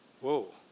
Whoa